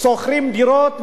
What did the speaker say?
שוכרים דירות,